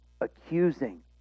accusing